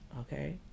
Okay